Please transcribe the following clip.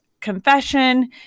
confession